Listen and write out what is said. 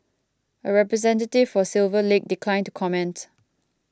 a representative for Silver Lake declined to comment